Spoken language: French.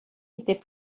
était